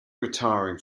retiring